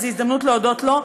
אז זו הזדמנות להודות לו.